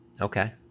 Okay